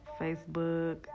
Facebook